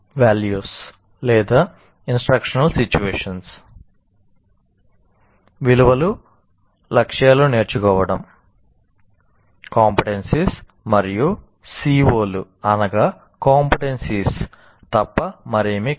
values మరియు CO లు తప్ప మరేమీ కాదు